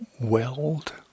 weld